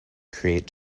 create